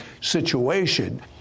situation